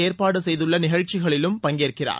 ஏற்பாடு செய்துள்ள நிகழ்ச்சிகளிலும் பிரதமர் பங்கேற்கிறார்